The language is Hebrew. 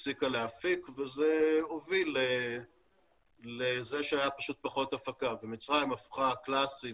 הפסיקה להפיק וזה הוביל לזה שהיה פשוט פחות הפקה ומצרים הפכה קלאסי